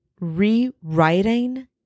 rewriting